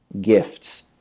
gifts